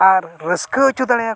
ᱟᱨ ᱨᱟᱹᱥᱠᱟᱹ ᱦᱚᱪᱚ ᱫᱟᱲᱮᱭ ᱟᱠᱚᱣᱟ